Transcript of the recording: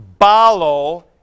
Balo